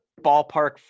ballpark